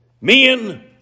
Men